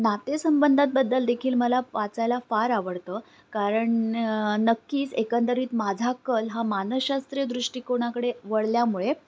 नातेसंबंधांतबद्दल देखील मला वाचायला फार आवडतं कारण नक्कीच एकंदरीत माझा कल हा मानसशास्त्रीय दृष्टिकोणाकडे वळल्यामुळे